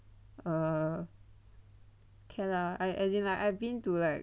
err kay lah as in like I've been to like